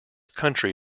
country